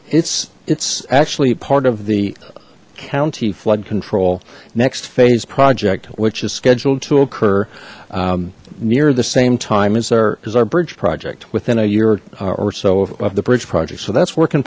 it's it's actually part of the county flood control next phase project which is scheduled to occur near the same time as there is our bridge project within a year or so of the bridge project so that's work in